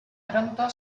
pronto